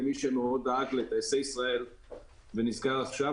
למי שמאוד דאג לטייסי ישראל ונזכר עכשיו,